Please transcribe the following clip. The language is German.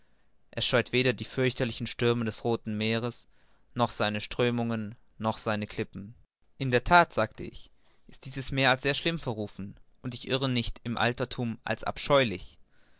es scheut weder die fürchterlichen stürme des rothen meeres noch seine strömungen noch seine klippen in der that sagte ich ist dieses meer als sehr schlimm verrufen und irre ich nicht im alterthum als abscheulich